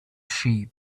sheep